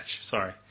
sorry